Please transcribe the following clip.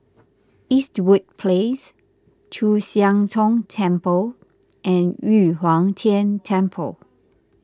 Eastwood Place Chu Siang Tong Temple and Yu Huang Tian Temple